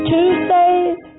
Tuesdays